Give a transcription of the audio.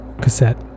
cassette